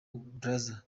brazza